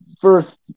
first